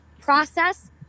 process